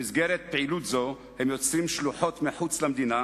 במסגרת פעילות זו הם יוצרים שלוחות מחוץ למדינה